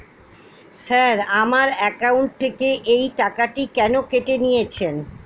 Sir আমার account থেকে এই টাকাটি কেন কেটে নিয়েছেন?